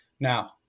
Now